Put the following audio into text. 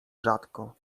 rzadko